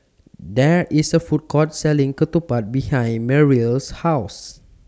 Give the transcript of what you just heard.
There IS A Food Court Selling Ketupat behind Merrill's House